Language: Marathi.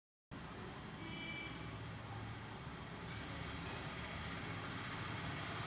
अठराव्या ते विसाव्या शतकापर्यंत कताई खेचराचा मोठ्या प्रमाणावर वापर केला जात होता